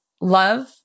love